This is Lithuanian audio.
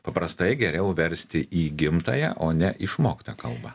paprastai geriau versti į gimtąją o ne išmoktą kalbą